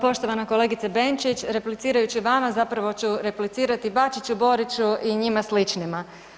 Poštovana kolegice Benčić, replicirajući vama zapravo ću replicirati Bačiću, Boriću i njima sličnima.